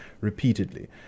repeatedly